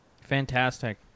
Fantastic